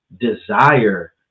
desire